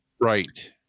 right